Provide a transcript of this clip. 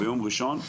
ביום ראשון,